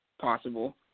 possible